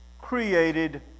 created